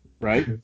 Right